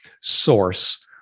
source